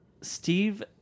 Steve